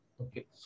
Okay